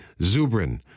Zubrin